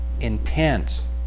intense